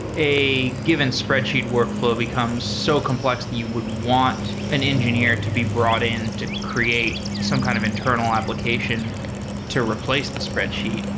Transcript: a given spreadsheet workfl ow becomes so complex that you would want an engineer to be brought in to create some kind of internal application to replace the spreadsheet,